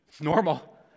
normal